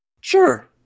Sure